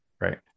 right